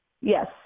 Yes